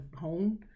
home